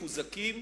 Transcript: מחוזקים,